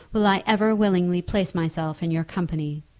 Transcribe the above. will i ever willingly place myself in your company.